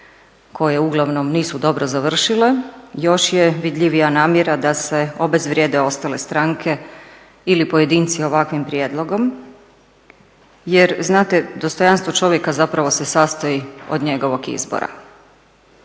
koje uglavnom nisu dobro završile još je vidljivija namjera da se obezvrijede ostale stranke ili pojedinci ovakvim prijedlogom. Jer znate dostojanstvo čovjeka zapravo se sastoji od njegovog izbora.